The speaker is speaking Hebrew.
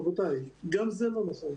רבותיי, גם זה לא נכון.